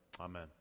Amen